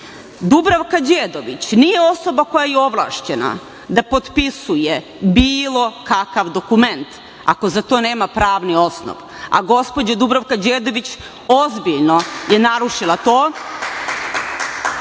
Dubravka Đedović nije osoba koja je ovlašćena da potpisuje bilo kakav dokument, ako za to nema pravni osnov, a gospođa Dubravka Đedović, ozbiljno je narušila to